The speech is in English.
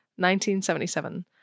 1977